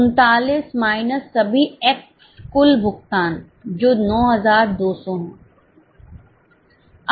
39 minus सभी x कुल भुगतान जो 9200 है